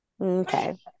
okay